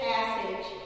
Passage